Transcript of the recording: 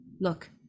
Look